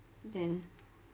then